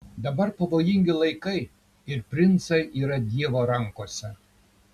dabar pavojingi laikai ir princai yra dievo rankose